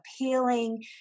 appealing